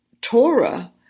Torah